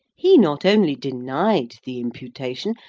he not only denied the imputation,